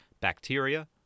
bacteria